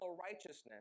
righteousness